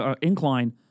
incline